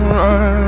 run